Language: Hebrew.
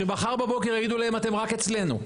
שמחר בבוקר יגידו להם אתם רק אצלנו.